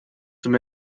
zum